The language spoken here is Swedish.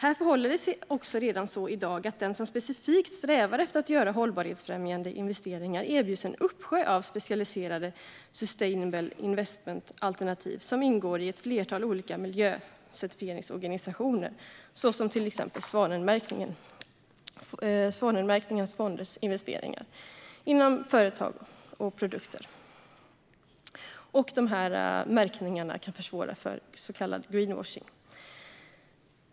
Här förhåller det sig redan i dag så att den som specifikt strävar efter att göra hållbarhetsfrämjande investeringar erbjuds en uppsjö av specialiserade sustainable investment-alternativ, som ingår i ett flertal olika miljöcertifieringsorganisationer. Det kan till exempel vara svanmärkningens fonder vars investeringar inom företag och produkter granskas, vilket försvårar greenwashing.